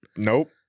Nope